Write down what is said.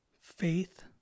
faith